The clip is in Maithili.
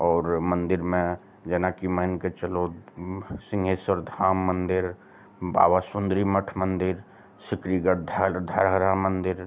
आओर मन्दिरमे जेनाकि मानिके चलौत सिंघेश्वर धाम मन्दिर बाबा सुन्दरी मठ मन्दिर शिकलीगढ़ धर धरहरा मन्दिर